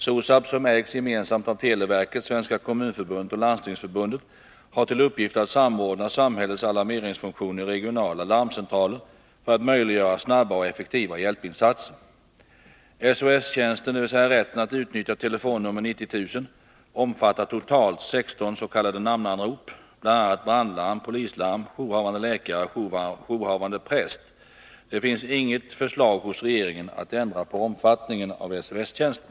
SOSAB, som ägs gemensamt av televerket, Svenska kommunförbundet och Landstingsförbundet, har till uppgift att samordna samhällets alarmeringsfunktioner i regionala larmcentraler för att möjliggöra snabba och effektiva hjälpinsatser. SOS-tjänsten, dvs. rätten att utnyttja telefonnummer 90 000, omfattar totalt 16 s.k. namnanrop, bl.a. brandlarm, polislarm, jourhavande läkare och jourhavande präst. Det finns inget förslag hos regeringen att ändra på omfattningen av SOS-tjänsten.